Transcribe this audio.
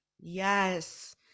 Yes